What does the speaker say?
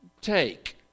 take